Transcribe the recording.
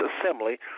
assembly